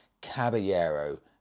Caballero